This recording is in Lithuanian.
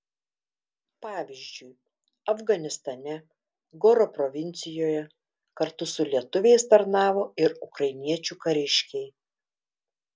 pavyzdžiui afganistane goro provincijoje kartu su lietuviais tarnavo ir ukrainiečių kariškiai